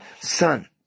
son